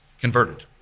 converted